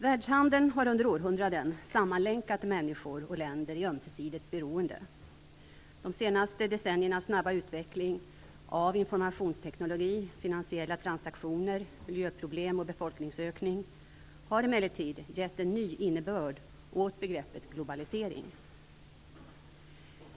Världshandeln har under århundraden sammanlänkat människor och länder i ömsesidigt beroende. De senaste decenniernas snabba utveckling av informationsteknik, finansiella transaktioner, miljöproblem och befolkningsökning har emellertid gett en ny innebörd åt begreppet globalisering.